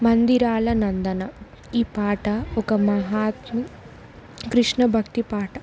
మందిరాల నందన ఈ పాట ఒక మహాత్వ కృష్ణ భక్తి పాట